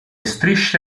strisce